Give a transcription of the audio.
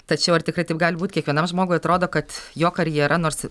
tačiau ar tikrai taip gali būt kiekvienam žmogui atrodo kad jo karjera nors